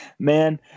Man